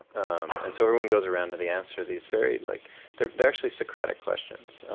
um and so everyone goes around with the answer these very, like they they are actually socratic questions,